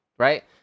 Right